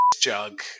jug